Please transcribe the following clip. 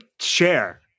share